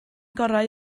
gorau